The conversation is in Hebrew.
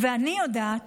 ואני יודעת